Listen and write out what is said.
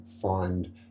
find